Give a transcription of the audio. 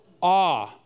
awe